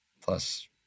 Plus